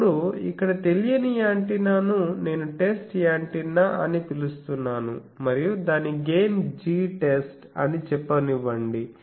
ఇప్పుడు ఇక్కడ తెలియని యాంటెన్నాను నేను టెస్ట్ యాంటెన్నా అని పిలుస్తున్నాను మరియు దాని గెయిన్ Gtest అని చెప్పనివ్వండి